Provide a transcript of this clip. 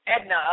Edna